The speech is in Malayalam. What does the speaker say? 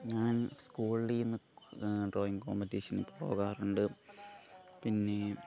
ഞാൻ സ്കൂളിൽ നിന്ന് ഡ്രോയിങ് കോമ്പറ്റീഷനിൽ പോകാറുണ്ട് പിന്നേ